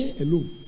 alone